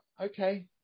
okay